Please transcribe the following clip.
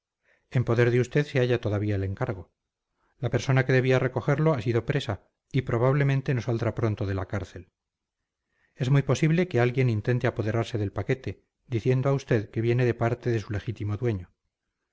en poder de usted se halla todavía el encargo la persona que debía recogerlo ha sido presa y probablemente no saldrá pronto de la cárcel es muy posible que alguien intente apoderarse del paquete diciendo a usted que viene de parte de su legítimo dueño